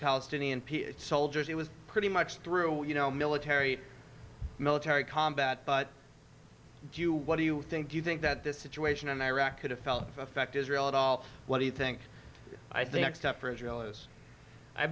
palestinian soldiers it was pretty much through you know military military combat but do you what do you think do you think that this situation in iraq could have felt effect israel at all what do you think i